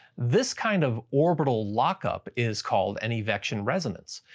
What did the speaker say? this kind of orbital lock up is called an evection resonance.